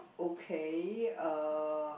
okay uh